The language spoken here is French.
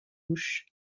mouche